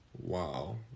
Wow